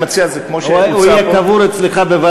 הכלב, אבל אתה יודע של מי הוא.